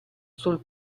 sul